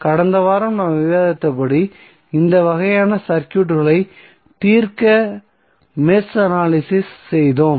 கடந்த வாரம் நாம் விவாதித்தபடி இந்த வகையான சர்க்யூட்களைத் தீர்க்க மெஷ் அனலிசிஸ் செய்தோம்